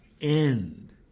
end